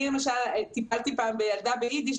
אני למשל טיפלתי פעם בילדה באידיש,